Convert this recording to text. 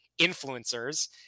influencers